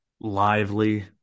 lively